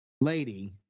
lady